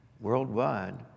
Worldwide